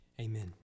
Amen